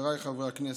חבריי חברי הכנסת,